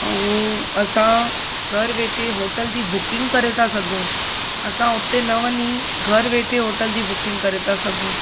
ऐं असां घरु वेठे होटल जी बुकिंग करे था सघूं असां उते न वञी घरु वेठे होटल जी बुकिंग करे था सघूं